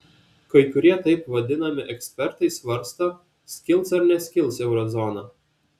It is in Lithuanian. kai kurie taip vadinami ekspertai svarsto skils ar neskils eurozona